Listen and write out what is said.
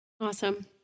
Awesome